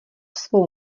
svou